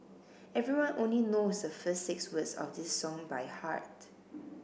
everyone only knows the first six words of this song by heart